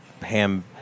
ham